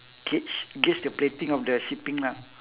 gauge gauge the plating of the shipping lah